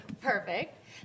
Perfect